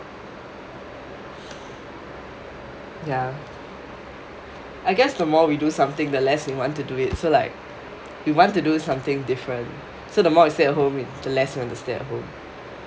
ya I guess the more we do something the less we want to do it so like we want to do something different so the more you stay at home the less you want to stay at home